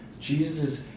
Jesus